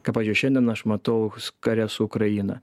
ką pavyzdžiui šiandien aš matau s kare su ukraina